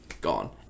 gone